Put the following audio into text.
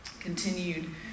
continued